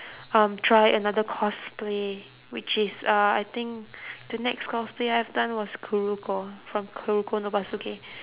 um try another cosplay which is uh I think the next cosplay I've done was kuroko from kuroko no basuke